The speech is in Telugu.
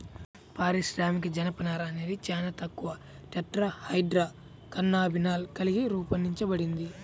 పారిశ్రామిక జనపనార అనేది చాలా తక్కువ టెట్రాహైడ్రోకాన్నబినాల్ కలిగి రూపొందించబడింది